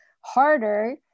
harder